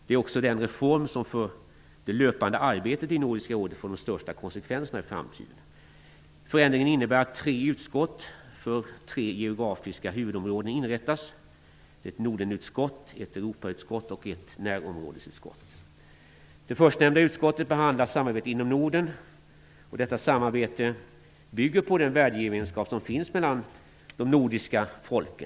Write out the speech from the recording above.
Den är också den reform som för det löpande arbetet i Nordiska rådet får de största konsekvenserna i framtiden. Förändringen innebär att tre utskott för tre geografiska huvudområden inrättas; ett Nordenutskott, ett Europautskott och ett närområdesutskott. Det förstnämnda utskottet behandlar samarbete inom Norden. Detta samarbete bygger på den värdegemenskap som finns mellan de nordiska folken.